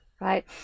right